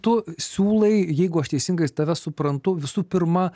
tu siūlai jeigu aš teisingai tave suprantu visų pirma